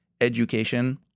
Education